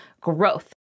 growth